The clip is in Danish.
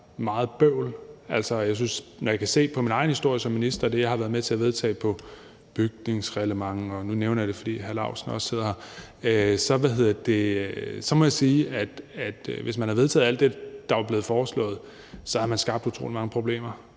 meget bøvl. Jeg kan se på min egen historie som minister, og det, som jeg har været med til at vedtage om bygningsreglementer, og nu nævner jeg det, fordi hr. Bjarne Laustsen også sidder her, at hvis man havde vedtaget alt det, der var blevet foreslået, så havde man skabt utrolig mange problemer.